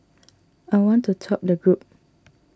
I want to top the group